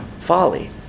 Folly